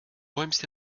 räumst